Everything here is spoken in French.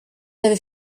avez